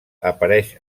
apareix